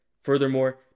Furthermore